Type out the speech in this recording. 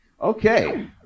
Okay